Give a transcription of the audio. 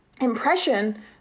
impression